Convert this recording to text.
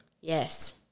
Yes